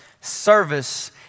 Service